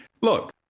look